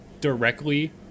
directly